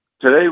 today